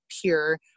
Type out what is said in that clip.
pure